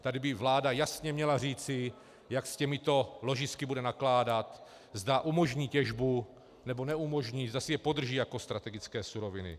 Tady by vláda jasně měla říci, jak s těmito ložisky bude nakládat, zda umožní těžbu, nebo neumožní, zda si je podrží jako strategické suroviny.